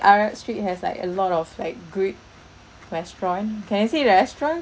arab street has like a lot of like good restaurant can I say restaurant